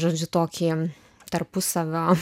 žodžiu tokį tarpusavio